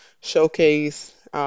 showcase